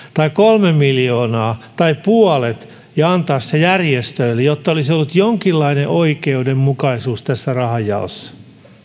tai kolme miljoonaa tai puolet ja antaa se järjestöille jotta olisi ollut jonkinlainen oikeudenmukaisuus tässä rahanjaossa